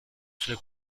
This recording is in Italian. sulle